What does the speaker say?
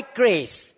grace